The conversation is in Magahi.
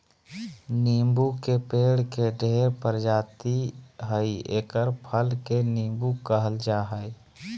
नीबू के पेड़ के ढेर प्रजाति हइ एकर फल के नीबू कहल जा हइ